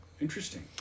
interesting